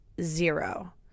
Zero